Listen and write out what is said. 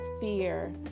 fear